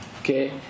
Okay